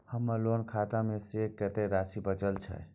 हमर लोन खाता मे शेस कत्ते राशि बचल छै?